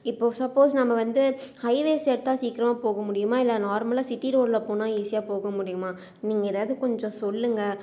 இப்போ சப்போஸ் நாம வந்து ஹைவேஸ் எடுத்தா சீக்கிரமாக போக முடியுமா இல்லை நார்மலாக சிட்டி ரோடில் போனா ஈசியாக போக முடியுமா நீங்கள் எதையாது கொஞ்சம் சொல்லுங்கள்